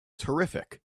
terrific